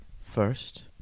first